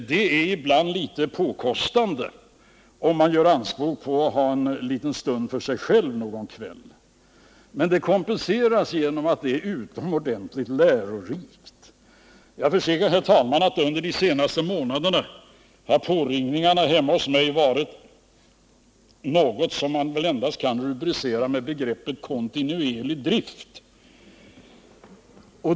Det är ibland litet påkostande om man gör anspråk på att ha en liten stund för sig själv någon kväll. Det kompenseras emellertid av att det är utomordentligt lärorikt. Jag försäkrar, herr talman, att under de senaste månaderna har påringningarna hemma hos mig varit något som man väl endast kan rubricera med begreppet ”kontinuerlig drift”.